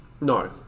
No